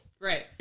Right